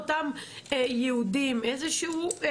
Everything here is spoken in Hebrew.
אני לא פותרת עכשיו כל אחד עם הבעיות האישיות שלו עם הר הבית.